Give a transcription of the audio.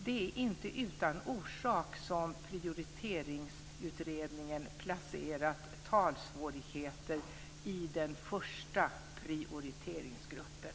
Det är inte utan orsak som Prioriteringsutredningen placerat talsvårigheter i den första priorteringsgruppen.